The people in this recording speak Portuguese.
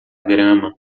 grama